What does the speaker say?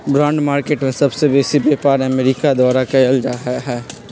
bond market में सबसे बेसी व्यापार अमेरिका द्वारा कएल जाइ छइ